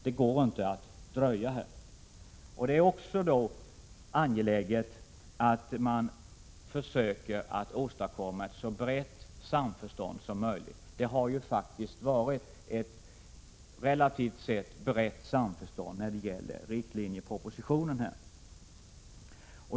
Det går inte att dröja. Det är också angeläget att man försöker åstadkomma ett så brett samförstånd som möjligt. Det har man faktiskt uppnått när det gäller riktlinjerna i propositionen.